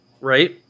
right